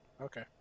okay